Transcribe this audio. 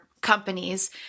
companies